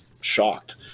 shocked